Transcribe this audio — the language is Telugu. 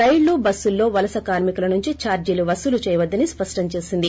రైళ్లు బస్పుల్లో వలస కార్మికుల నుంచి దార్టీలు వసూలు చేయవద్దని స్పష్టం చేసింది